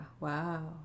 wow